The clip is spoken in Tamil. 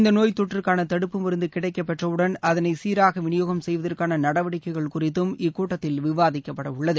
இந்த நோய்த் தொற்றுக்கான தடுப்பு மருந்து கிடைக்கப் பெற்றவுடன் அதனை சீராக விநியோகம் செய்வதற்கான நடவடிக்கைகள் குறித்தும் இக்கூட்டத்தில் விவாதிக்கப்பட உள்ளது